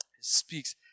speaks